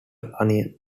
onion